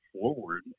forward